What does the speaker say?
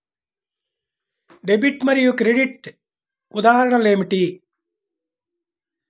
Debit మరియు credit ఉదాహరణలు ఏమిటీ?